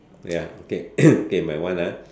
ya okay okay my one ah